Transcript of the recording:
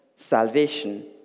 Salvation